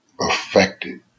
affected